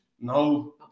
No